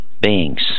beings